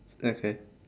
okay